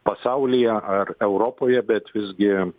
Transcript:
pasaulyje ar europoje bet visgi